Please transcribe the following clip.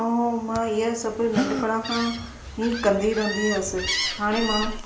ऐं मां इहे सभु नंढपण खां ई कंदी रहंदी हुअसि हाणे मां